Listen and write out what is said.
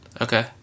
Okay